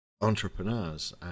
entrepreneurs